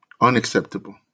Unacceptable